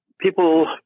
people